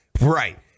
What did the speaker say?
Right